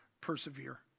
persevere